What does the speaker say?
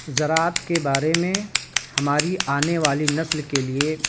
زراعت کے بارے میں ہماری آنے والی نسل کے لیے